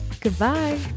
Goodbye